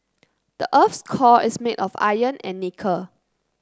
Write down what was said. the earth's core is made of iron and nickel